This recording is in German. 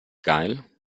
geil